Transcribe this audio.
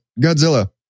Godzilla